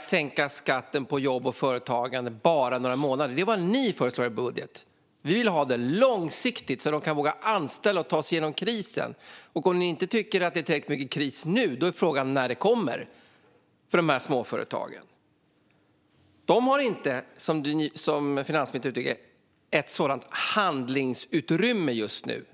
sänka skatten på jobb och företagande under bara några månader. Det är vad ni föreslår i er budget. Vi vill ha det långsiktigt, så att företagen vågar anställa och tar sig igenom krisen. Om regeringen inte tycker att det är tillräckligt mycket kris nu är väl frågan när den kommer för de här små företagen. De har inte, som finansministern uttrycker det, något handlingsutrymme just nu.